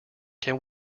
can